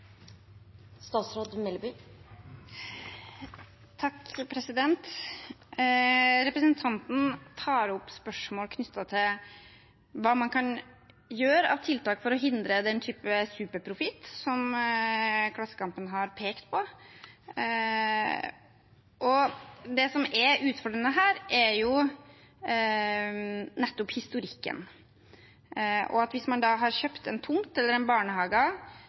Representanten tar opp spørsmål knyttet til hva man kan gjøre av tiltak for å hindre den type superprofitt som Klassekampen har pekt på. Det som er utfordrende her, er nettopp historikken, og at hvis man har kjøpt en tomt eller en barnehage